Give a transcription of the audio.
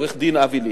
עורך-דין אבי ליכט.